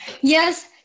Yes